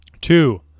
Two